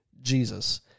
Jesus